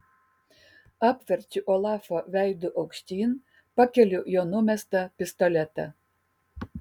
apverčiu olafą veidu aukštyn pakeliu jo numestą pistoletą